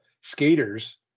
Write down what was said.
skaters